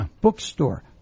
bookstore